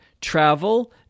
Travel